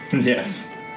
Yes